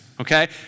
okay